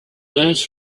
last